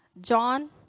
John